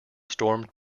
stormed